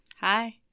Hi